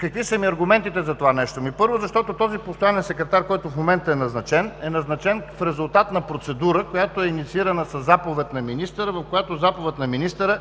Какви са ми аргументите за това нещо? Ами, първо, защото този постоянен секретар, който в момента е назначен, е назначен в резултат на процедура, която е инициирана със заповед на министъра, в която заповед на министъра